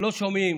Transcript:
לא שומעים